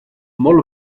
molt